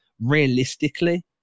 realistically